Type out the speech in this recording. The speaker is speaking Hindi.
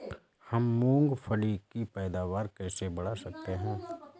हम मूंगफली की पैदावार कैसे बढ़ा सकते हैं?